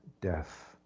death